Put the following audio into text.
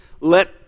let